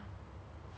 you try to make ah